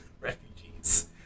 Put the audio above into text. refugees